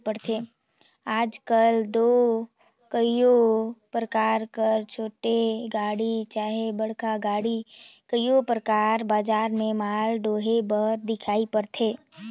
आएज काएल दो कइयो परकार कर छोटे गाड़ी चहे बड़खा गाड़ी कइयो परकार बजार में माल डोहे बर दिखई परथे